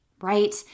right